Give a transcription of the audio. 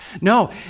No